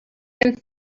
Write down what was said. gun